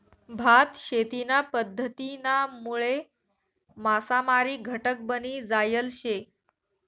भात शेतीना पध्दतीनामुळे मासामारी घटक बनी जायल शे